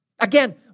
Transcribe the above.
Again